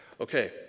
Okay